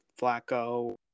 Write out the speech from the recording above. Flacco